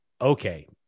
okay